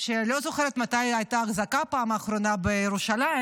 שאני לא זוכרת מתי הייתה אזעקה פעם אחרונה בירושלים,